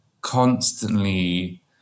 constantly